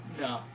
No